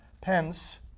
Pence